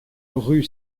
rue